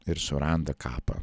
ir suranda kapą